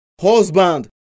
Husband